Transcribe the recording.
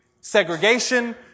segregation